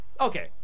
Okay